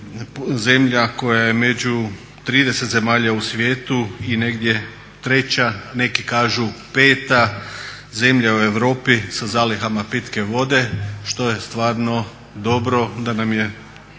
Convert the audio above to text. zemlja koja je među 30 zemalja u svijetu i negdje treća, neki kažu peta zemlja u Europi sa zalihama pitke vode što je stvarno dobro da nam je